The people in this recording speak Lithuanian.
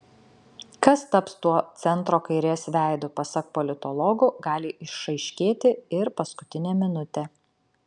kas taps tuo centro kairės veidu pasak politologo gali išaiškėti ir paskutinę minutę